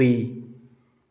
ꯍꯨꯏ